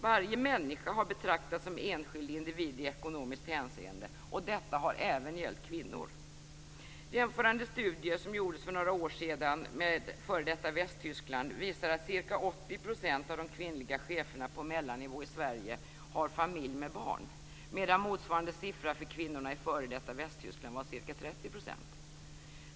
Varje människa har betraktats som enskild individ i ekonomiskt hänseende, och detta har även gällt kvinnor. För några år sedan gjordes jämförande studier med f.d. Västtyskland. De visade att ca 80 % av de kvinnliga cheferna på mellannivå i Sverige hade familj med barn, medan motsvarande siffra för kvinnorna i f.d. Västtyskland var ca 30 %.